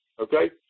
Okay